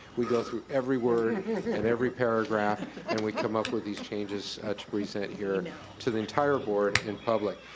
we go through every word and every paragraph and we come up with these changes ah to present here and to the entire board in public.